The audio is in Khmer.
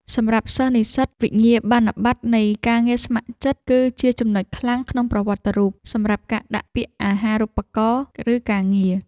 សម្រាប់សិស្សនិស្សិត វិញ្ញាបនបត្រនៃការងារស្ម័គ្រចិត្តគឺជាចំណុចខ្លាំងក្នុងប្រវត្តិរូប សម្រាប់ការដាក់ពាក្យអាហាររូបករណ៍ ឬការងារ។